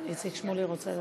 אני רוצה לדבר.